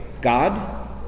God